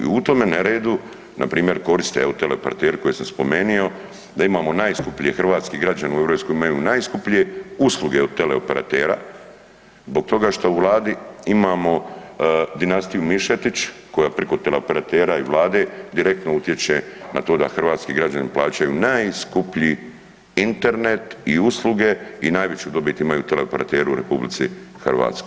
I u tome neredu npr. koriste evo teleoperateri koje sam spomenio da imamo najskuplje, hrvatski građani u EU imaju najskuplje usluge od teleoperatera zbog toga što u Vladi imamo dinastiju Mišetić koja priko teleoperatera i Vlade direktno utječe na to da hrvatski građani plaćaju najskuplji Internet i usluge i najveću dobit imaju teleoperateri u RH.